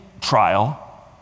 trial